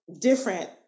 different